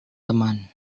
teman